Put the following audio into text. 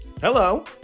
Hello